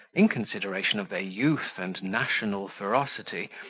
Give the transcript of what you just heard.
in consideration of their youth and national ferocity,